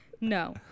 No